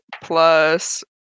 plus